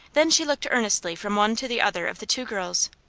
then she looked earnestly from one to the other of the two girls.